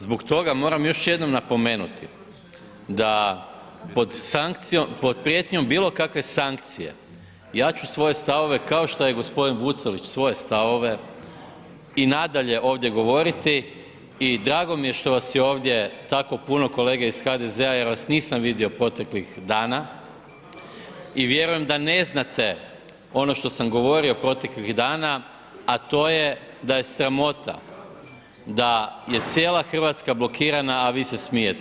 Zbog toga moram još jednom napomenuti da pod prijetnjom bilo kakve sankcije ja ću svoje stavove, kao što je gospodin Vucelić svoje stavove i nadalje ovdje govoriti i drago mi je što vas je ovdje tako puno kolege iz HDZ-a jer vas nisam vidio proteklih dana i vjerujem da ne znate ono što sam govorio proteklih dana, a to je da je sramota da je cijela Hrvatska blokirana, a vi se smijete.